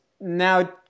now